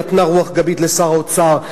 נתנה רוח גבית לשר האוצר,